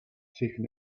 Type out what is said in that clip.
taken